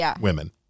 women